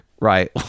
right